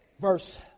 Verse